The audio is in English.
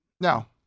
Now